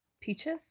Peaches